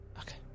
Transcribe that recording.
Okay